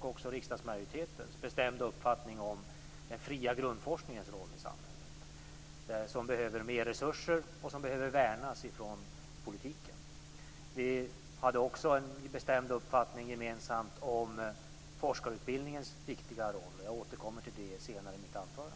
och riksdagsmajoritetens bestämda uppfattning om den fria grundforskningens roll i samhället - som behöver mer resurser och som behöver värnas från politiken. Vi hade också en gemensam bestämd uppfattning om forskarutbildningens viktiga roll. Jag återkommer till det senare i mitt anförande.